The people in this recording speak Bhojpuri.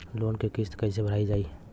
लोन क किस्त कैसे भरल जाए?